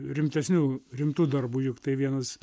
rimtesnių rimtų darbų juk tai vienas